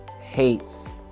hates